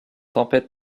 tempête